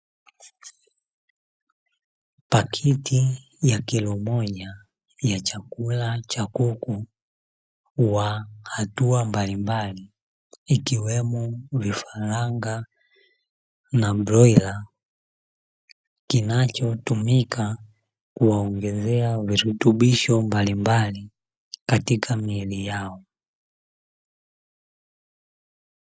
Pakiti ya kilo moja ya chakula cha kuku wa hatua mbalimbali, ikiwemo vifaranga na broila kinachotumika kuwaongezea virutubisho mbalimbali katika miili yao.